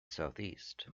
southeast